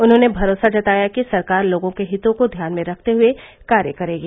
उन्होंने भरोसा जताया कि सरकार लोगों के हितों को ध्यान में रखते हुए कार्य करेगी